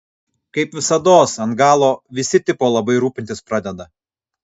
kaip visados ant galo visi tipo labai rūpintis pradeda